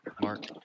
mark